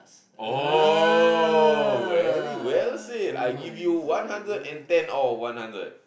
oh very well said I give you one hundred and ten out of one hundred